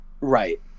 Right